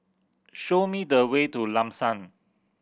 show me the way to Lam San